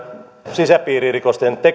sisäpiiririkosten